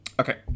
Okay